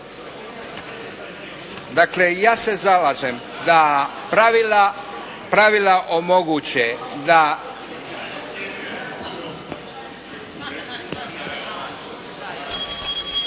Dakle ja se zalažem da pravila omoguće da…